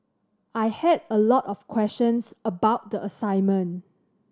I had a lot of questions about the assignment